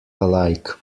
alike